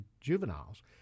juveniles